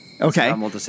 Okay